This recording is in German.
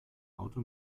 auto